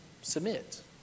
submit